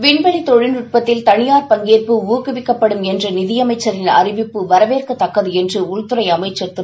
விண்வெளி தொழில்நுட்பத்தில் தனியார் பங்கேற்பு ஊக்குவிக்கப்படும் என்ற நிதியமைச்சரின் அறிவிப்பு வரவேற்கத்தக்கது என்று உள்துறை அமைச்சர் திரு